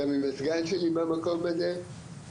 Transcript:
גם עם הסגן שלי במקום הזה,